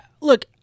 look –